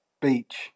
Beach